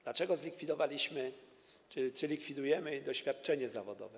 Dlaczego zlikwidowaliśmy czy likwidujemy doświadczenie zawodowe?